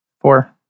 Four